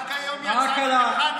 רק היום יצאנו מחנוכה,